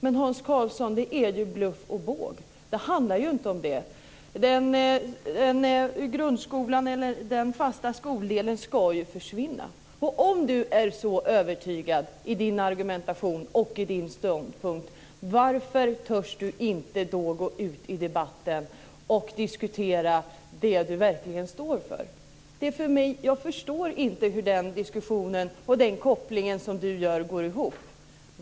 Men, Hans Karlsson, det är ju bluff och båg! Det handlar ju inte om det. Grundskolan och den fasta skoldelen ska ju försvinna. Om Hans Karlsson nu är så övertygad i sin argumentation och i sin ståndpunkt - varför törs han inte gå ut i debatten och diskutera det han verkligen står för? Jag förstår inte hur diskussionen och kopplingen Hans Karlsson gör går ihop.